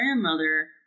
grandmother